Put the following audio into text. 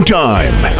time